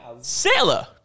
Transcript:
Sailor